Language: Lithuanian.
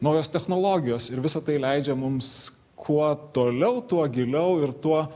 naujos technologijos ir visa tai leidžia mums kuo toliau tuo giliau ir tuo